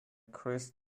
christ